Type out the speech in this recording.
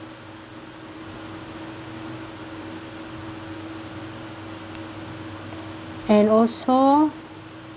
and also